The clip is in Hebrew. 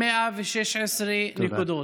116 נקודות.